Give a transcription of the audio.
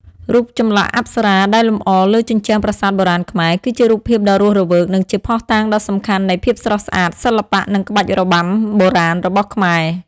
រូបចម្លាក់អប្សរាដែលលម្អលើជញ្ជាំងប្រាសាទបុរាណខ្មែរ គឺជារូបភាពដ៏រស់រវើក និងជាភស្តុតាងដ៏សំខាន់នៃ ភាពស្រស់ស្អាត សិល្បៈ និងក្បាច់របាំបុរាណ របស់ខ្មែរ។